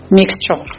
mixture